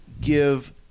give